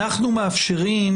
אנחנו מאפשרים